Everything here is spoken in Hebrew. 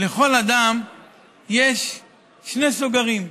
לכל אדם יש שני סוגרים: